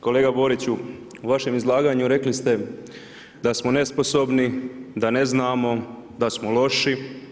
Kolega Boriću u vašem izlaganju rekli ste da smo nesposobni, da ne znamo, da smo loši.